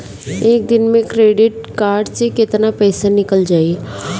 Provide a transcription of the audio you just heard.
एक दिन मे क्रेडिट कार्ड से कितना पैसा निकल जाई?